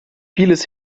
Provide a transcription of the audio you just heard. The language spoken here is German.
vieles